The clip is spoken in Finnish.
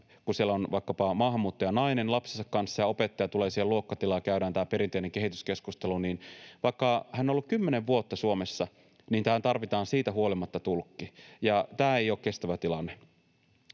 kun siellä on vaikkapa maahanmuuttajanainen lapsensa kanssa, ja opettaja tulee siihen luokkatilaan ja käydään tämä perinteinen kehityskeskustelu — niin vaikka hän on ollut 10 vuotta Suomessa, niin tähän tarvitaan siitä huolimatta tulkki, ja tämä ei ole kestävä tilanne.